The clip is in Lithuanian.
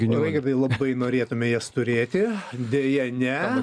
raigardai labai norėtume jas turėti deja ne